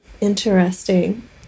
Interesting